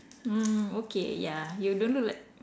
mm okay ya you don't look like